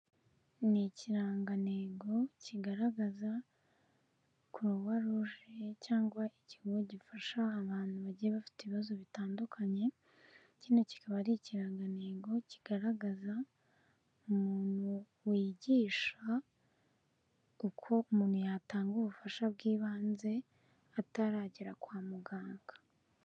Ni ikirangantego kigaragaza croix_Rouge cyangwa ikigo gifasha abantu bagiye bafite ibibazo bitandukanye, ikindi kikaba ari ikirangantego kigaragaza, umuntu wigisha uko umuntu yatanga ubufasha bw'ibanze, ataragera kwa muganga.